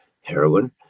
heroin